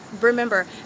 remember